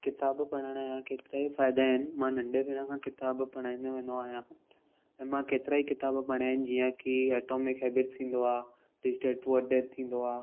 किताबु पढ़ण जा केतिरा ई फ़ाइदा आहिनि मां नंढपण खां किताब पढ़ाईंदो वेंदो आहियां ऐं मां केतिरा ई किताब पढ़िया आहिनि जीअं की एटॉमिक हैबिट्स थींदो आहे थींदो आहे